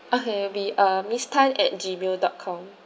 okay it'll be uh miss tan at G mail dot com